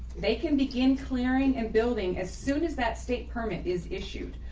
they can begin clearing and building as soon as that state permit is issued,